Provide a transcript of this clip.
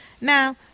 Now